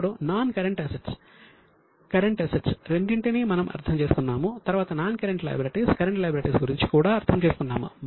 ఇప్పుడు non current assets current assets రెండింటినీ మనము అర్థం చేసుకున్నాము తరువాత non current liabilities current liabilities గురించి కూడా అర్థం చేసుకున్నాము